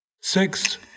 Six